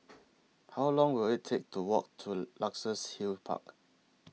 How Long Will IT Take to Walk to Luxus Hill Park